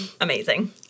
Amazing